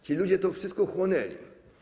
Ci ludzie to wszystko chłonęli.